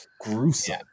gruesome